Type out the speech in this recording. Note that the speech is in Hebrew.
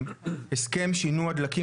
הסכם שינוע דלקים,